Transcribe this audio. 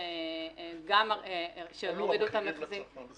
שגם הורידו את המחירים --- העלו המחירים לצרכן.